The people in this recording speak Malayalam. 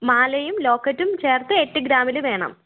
മാലയും ലോക്കറ്റും ചേർത്ത് എട്ടുഗ്രാമിൽ വേണം